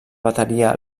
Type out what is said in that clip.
bateria